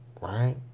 Right